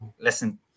Listen